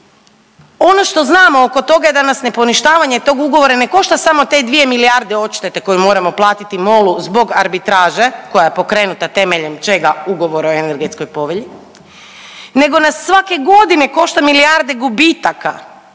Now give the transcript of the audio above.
Ono što znamo oko toga je da nas neponištavanje tog ugovora ne košta samo te dvije milijarde odštete koju moramo platiti MOL-u zbog arbitraže koja je pokrenuta temeljem čega? Ugovora o energetskoj povelji, nego nas svake godine košta milijarde gubitaka